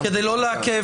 כדי לא לעכב,